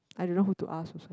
I dunno who to ask also